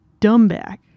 dumbback